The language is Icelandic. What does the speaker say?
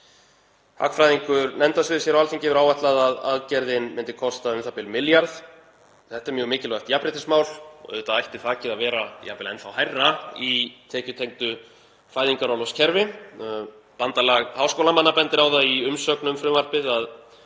Hagfræðingur nefndasviðs Alþingis hefur áætlað að aðgerðin myndi kosta u.þ.b. milljarð. Þetta er mjög mikilvægt jafnréttismál og auðvitað ætti þakið að vera jafnvel enn þá hærra í tekjutengdu fæðingarorlofskerfi. Bandalag háskólamanna bendir á það í umsögn um frumvarpið að